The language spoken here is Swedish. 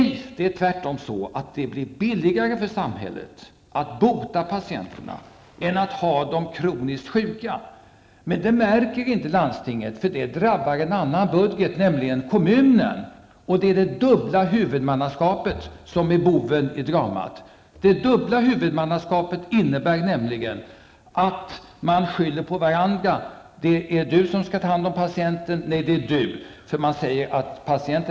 Jo, det är tvärtom så att det blir billigare för samhället att bota patienterna än att ha dem kroniskt sjuka, men det märker inte landstinget, för det belastar en annan budget, nämligen kommunens. Det är alltså det dubbla huvudmannaskapet som är boven i dramat. Det dubbla huvudmannaskapet medför nämligen att man skyller på varandra. Det är du som skall ta hand om patienten; vederbörande är medicinskt sjuk, säger kommunen till landstinget.